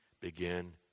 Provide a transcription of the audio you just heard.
begin